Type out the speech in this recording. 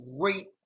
great